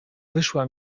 wyszła